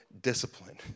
discipline